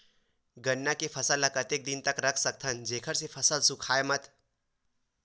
गन्ना के फसल ल कतेक दिन तक रख सकथव जेखर से फसल सूखाय मत?